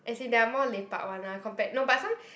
as in they are more lepak [one] lah compared no but some